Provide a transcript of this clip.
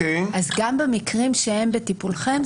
אז גם במקרים שהם בטיפולכם,